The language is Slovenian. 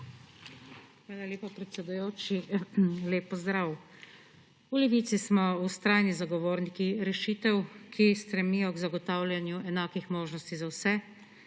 Hvala lepa, predsedujoči. Lep pozdrav! V Levici smo vztrajni zagovorniki rešitev, ki stremijo k zagotavljanju enakih možnosti za vse,